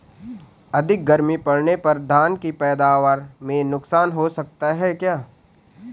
अधिक गर्मी पड़ने पर धान की पैदावार में नुकसान हो सकता है क्या?